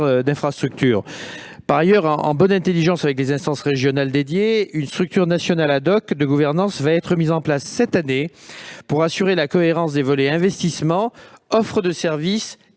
d'infrastructures. Par ailleurs, en bonne intelligence avec les instances régionales spécialisées, une structure nationale de gouvernance va être mise en place cette année pour assurer la cohérence des volets investissements, offre de services et